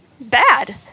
bad